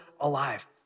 alive